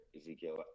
Ezekiel